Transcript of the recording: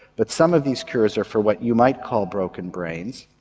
but some of these cures are for what you might call broken brains,